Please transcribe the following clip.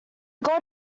got